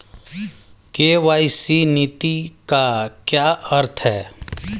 KYC नीति का क्या अर्थ है?